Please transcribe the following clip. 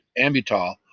Ambutal